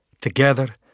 Together